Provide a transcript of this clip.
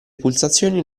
pulsazioni